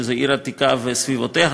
שזה העיר העתיקה וסביבותיה,